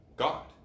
God